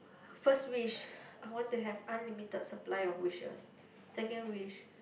first wish I want to have unlimited supply of wishes second wish